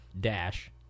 dash